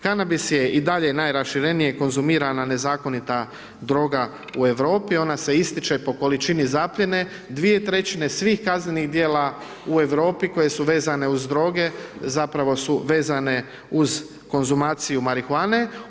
Kanabis je i dalje najraširenije konzumirana nezakonita droga u Europi, ona se ističe po količini zaplijene, 2/3 svih kaznenih djela u Europi koje su vezane uz droge zapravo su vezane uz konzumaciju marihuane.